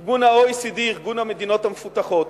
ה-OECD, ארגון המדינות המפותחות,